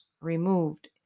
removed